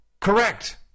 correct